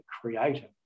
creator